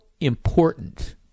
important